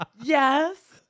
Yes